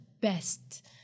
best